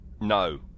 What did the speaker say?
No